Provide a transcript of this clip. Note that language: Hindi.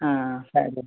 हाँ साड़ी लेने